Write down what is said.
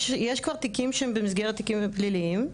יש כבר תיקים שהם במסגרת תיקים פליליים.